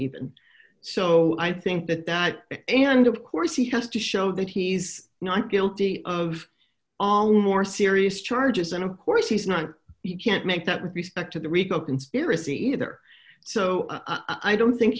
even so i think that that and of course he has to show that he's not guilty of all more serious charges and of course he's not you can't make that with respect to the rico conspiracy either so i don't think